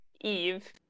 Eve